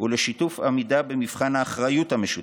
ולשיתוף עמידה במבחן האחריות המשותפת.